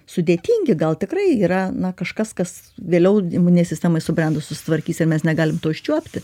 sudėtingi gal tikrai yra na kažkas kas vėliau imuninei sistemai subrendus susitvarkys ir mes negalim to užčiuopti